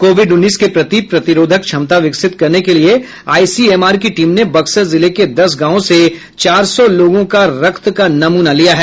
Covid उन्नीस के प्रति प्रतिरोधक क्षमता विकसित करने के लिए आईसीएमआर की टीम ने बक्सर जिले के दस गांवों से चार सौ लोगों का रक्त का नमूना लिया है